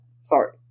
Sorry